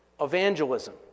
evangelism